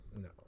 No